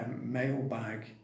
Mailbag